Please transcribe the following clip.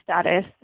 status